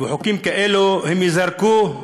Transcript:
חוקים כאלה, הם ייזרקו,